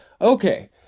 Okay